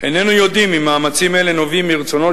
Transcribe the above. "איננו יודעים אם מאמצים אלה נובעים מרצונו